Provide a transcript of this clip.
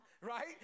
right